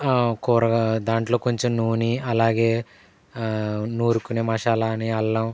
కూర దాంట్లో కొంచెం నూని అలాగే నూరుకునే మసాలా అని అల్లం